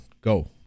go